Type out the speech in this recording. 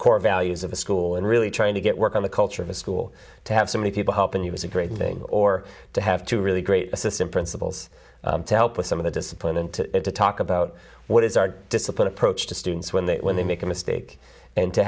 core values of a school and really trying to get work on the culture of a school to have so many people help and he was a great thing or to have to really great assistant principals to help with some of the discipline and to talk about what is our discipline approach to students when they when they make a mistake and to